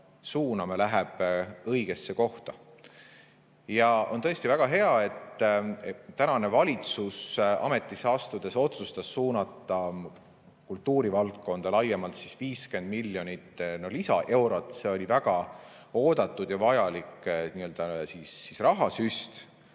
suuname, läheb õigesse kohta. Ja on tõesti väga hea, et tänane valitsus ametisse astudes otsustas suunata kultuurivaldkonda laiemalt 50 miljonit lisaeurot. See oli väga oodatud ja vajalik rahasüst,